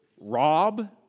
rob